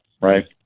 right